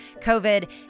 COVID